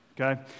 Okay